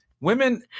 women